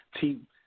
team